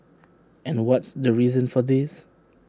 and what's the reason for this